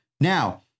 Now